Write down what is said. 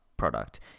product